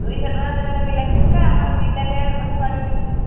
ଦୁଇଶହ ଟଙ୍କା ଯେତେବେଳେ ବିଲାତି ହେଇଥିଲା ଆମର ଦୁଇ ତାଲିଆ କୋଠା ବାଡ଼େଇ ଦେଇଥିବୁ